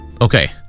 okay